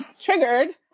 triggered